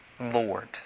Lord